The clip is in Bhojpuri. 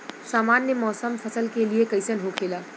सामान्य मौसम फसल के लिए कईसन होखेला?